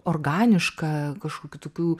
organiška kažkokių tokių